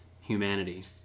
humanity